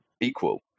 equal